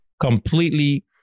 completely